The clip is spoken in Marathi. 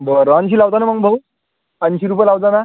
बरं ऐंशी लावता ना मग भाऊ ऐंशी रुपये लावता ना